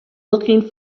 looking